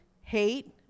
hate